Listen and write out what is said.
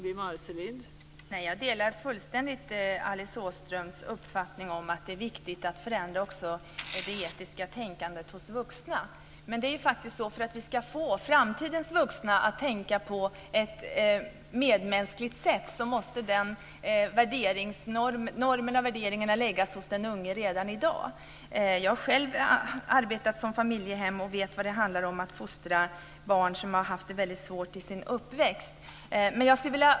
Fru talman! Jag delar fullständigt Alice Åströms uppfattning att det är viktigt att förändra det etiska tänkandet också hos vuxna. För att vi ska få framtidens vuxna att tänka på ett medmänskligt sätt måste de normerna och värderingarna läggas hos den unge redan i dag. Jag har själv arbetat med familjehem och vet vad det innebär att fostra barn som haft det väldigt svårt i sin uppväxt.